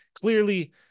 clearly